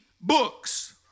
books